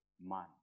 man